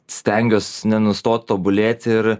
stengiuos nenustot tobulėti ir